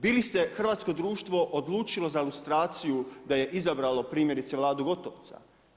Bi li se hrvatsko društvo odlučilo za lustraciju da je izabralo primjerice Vladu Gotovca?